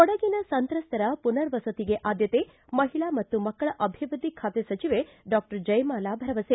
ಕೊಡಗಿನ ಸಂತ್ರಸ್ತರ ಪುನರ್ವಸತಿಗೆ ಆದ್ದತೆ ಮಹಿಳಾ ಮತ್ತು ಮಕ್ಕಳ ಅಭಿವೃದ್ದಿ ಖಾತೆ ಸಚಿವೆ ಡಾಕ್ಟರ್ ಜಯಮಾಲ ಭರವಸೆ